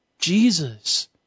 Jesus